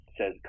says